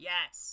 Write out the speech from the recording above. Yes